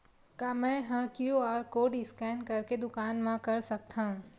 का मैं ह क्यू.आर कोड स्कैन करके दुकान मा कर सकथव?